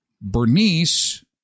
Bernice